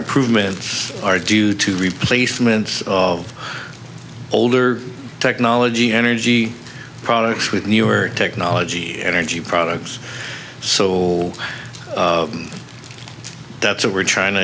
improvements are due to replacements of older technology energy products with newer technology energy products so that's what we're trying to